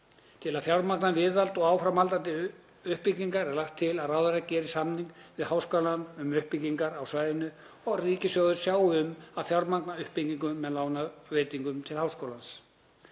Til að fjármagna viðhald og áframhaldandi uppbyggingu er lagt til að ráðherra geri samning við háskólann um uppbyggingu á svæðinu og að ríkissjóður sjái um að fjármagna uppbyggingu með lánveitingum til háskólans.